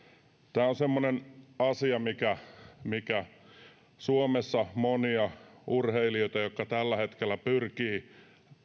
tämä on semmoinen asia mikä mikä koskee suomessa monia urheilijoita jotka tällä hetkellä pyrkivät